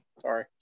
Sorry